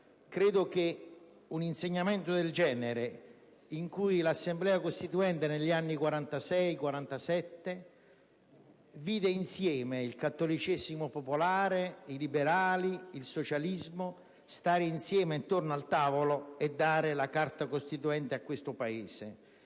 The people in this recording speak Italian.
ritengo che un insegnamento del genere, con l'Assemblea costituente che negli anni 1946-1947 vide il cattolicesimo popolare, i liberali, il socialismo stare insieme intorno a un tavolo e dare la Carta costituente al Paese,